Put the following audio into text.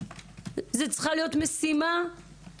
זאת צריכה להיות משימה או